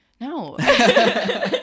No